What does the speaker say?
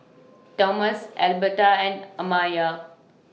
Tomas Elberta and Amiya